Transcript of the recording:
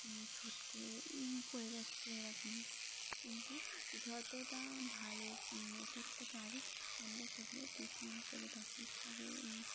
ঝটকে পড়ে যাচ্ছে এরকমই কিন্তু যতটা ভালো ইয়ে করতে পারি আমরা সেগুলো ট্রিটমেন্ট করে থাকি ছাগল